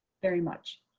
very much.